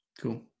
Cool